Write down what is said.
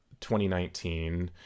2019